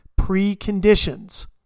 preconditions